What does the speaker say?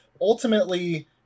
ultimately